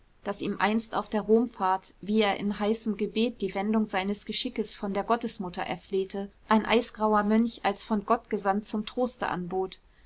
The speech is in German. das ihm einst auf der romfahrt wie er in heißem gebet die wendung seines geschickes von der gottesmutter erflehte ein eisgrauer mönch als von gott gesandt zum troste anbot